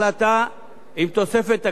עם תוספת תקציב גדולה